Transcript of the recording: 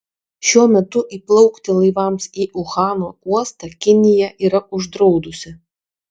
šiuo metu įplaukti laivams į uhano uostą kinija yra uždraudusi